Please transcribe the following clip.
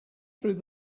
through